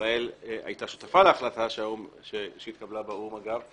ישראל הייתה שותפה להחלטה שהתקבלה באו"ם, אגב,